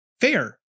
fair